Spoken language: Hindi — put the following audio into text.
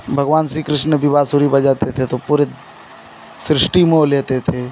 भगवान श्री कृष्ण भी बाँसुरी बजाते थे तो पूरी सृष्टि मोह लेते थे